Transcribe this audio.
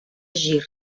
gir